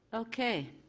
okay.